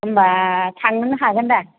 होनबा थांनोनो हागोन दा